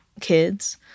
kids